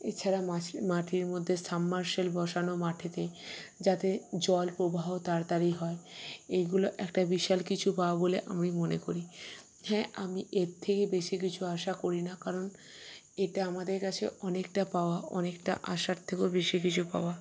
এছাড়া মাটির মধ্যে সাবমেরসিবল বসানো মাঠেতে যাতে জলপ্রবাহ তাড়াতাড়ি হয় এইগুলো একটা বিশাল কিছু পাবো বলে আমি মনে করি হ্যাঁ আমি এর থেকে বেশি কিছু আশা করি না কারণ এটা আমাদের কাছে অনেকটা পাওয়া অনেকটা আশার থেকেও বেশি কিছু পাওয়া